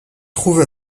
trouve